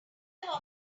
ladder